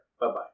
Bye-bye